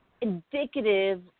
indicative